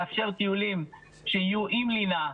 לאפשר טיולים שיהיו עם לינה,